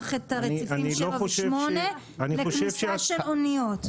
את רציפים שבע ושמונה לכניסה של אניות.